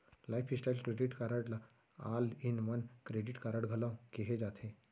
lifestyle credit card ल all in one credit card घलो केहे जाथे